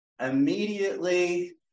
immediately